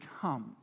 comes